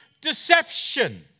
deception